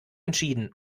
entschieden